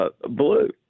blue